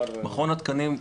מכון התקנים,